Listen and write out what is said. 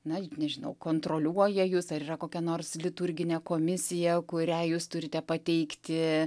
na nežinau kontroliuoja jus ar yra kokia nors liturginė komisija kuriai jūs turite pateikti